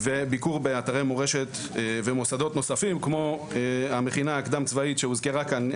וביקור באתרי מורשת ומוסדות נוספים כמו המכינה הקדם-צבאית שהוזכרה כאן,